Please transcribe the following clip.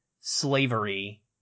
slavery